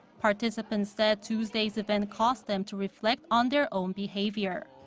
participants said tuesday's event caused them to reflect on their own behavior.